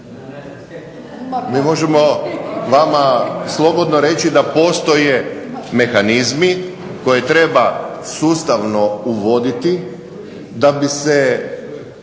Mi možemo vama slobodno reći da postoje mehanizmi koje treba sustavno uvoditi da bi se